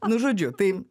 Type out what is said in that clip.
nu žodžiu tai